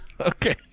Okay